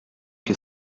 que